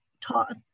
taught